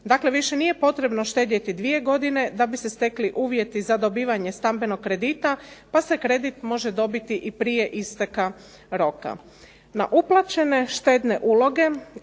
Dakle, više nije potrebno štedjeti dvije godine da bi se stekli uvjeti za dobivanje stambenog kredita, pa se kredit može dobiti i prije isteka roka.